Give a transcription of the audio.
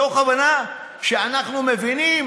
מתוך הבנה שאנחנו מבינים